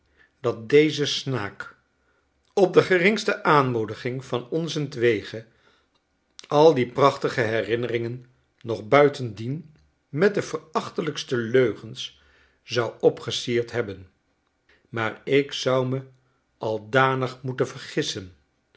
dat deze snaak op de geringste aanmoediging van onzentwege al die prachtige herinneringen nog buitendien met de verachtelijkste leugens zou opgesierd hebben maar ik zou me al danig moeten vergissen